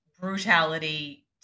brutality